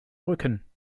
rücken